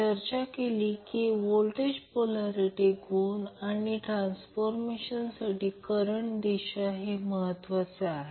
Q 50 आणि f0175 kilo hertz kilo hertz असल्यास रेझोनन्ससाठी L चे मूल्य शोधायचे आहे